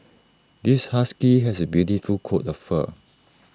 this husky has A beautiful coat of fur